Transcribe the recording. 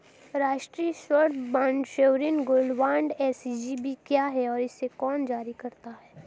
राष्ट्रिक स्वर्ण bond sovereign gold bond SGB क्या है और इसे कौन जारी करता है?